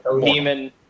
demon